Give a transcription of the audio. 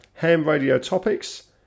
hamradiotopics